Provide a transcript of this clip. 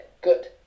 good